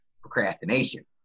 procrastination